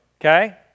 okay